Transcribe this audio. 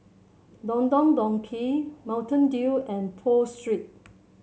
Don Don Donki Mountain Dew and Pho Street